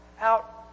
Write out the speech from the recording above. out